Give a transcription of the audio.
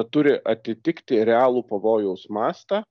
turi atitikti realų pavojaus mastą